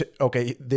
okay